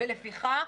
ולפיכך,